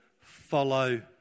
Follow